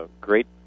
great